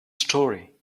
story